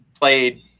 played